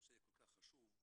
נושא כל כך חשוב.